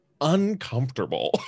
uncomfortable